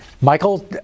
Michael